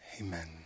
amen